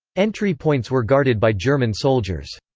entry points were guarded by german soldiers.